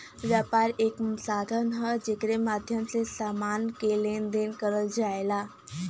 व्यापार एक साधन हौ जेकरे माध्यम से समान क लेन देन करल जाला